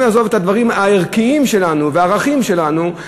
ונעזוב את הדברים הערכיים שלנו והערכים שלנו.